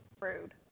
Rude